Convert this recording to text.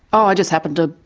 oh, i just happened to,